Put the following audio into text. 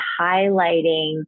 highlighting